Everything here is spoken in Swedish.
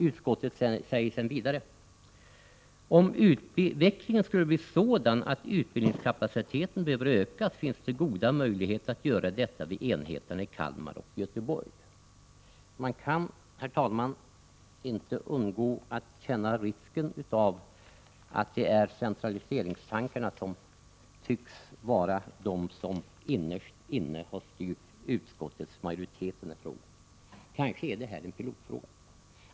Utskottet säger vidare: ”Om utvecklingen skulle bli sådan att utbildningskapaciteten behöver ökas finns det goda möjligheter att göra detta vid enheterna i Kalmar och Göteborg.” Man kan, herr talman, inte undgå att befara att det är centraliseringstankarna som utskottsmajoriteten innerst inne har styrts av i den här frågan. Kanske är det här en pilotfråga.